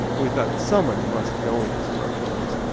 and we thought, someone must know what this protein is.